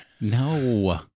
No